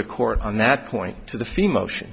the court on that point to the fee motion